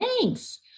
Thanks